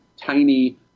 tiny